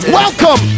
welcome